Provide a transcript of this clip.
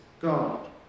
God